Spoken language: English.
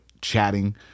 chatting